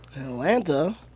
Atlanta